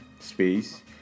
space